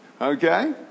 Okay